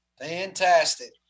fantastic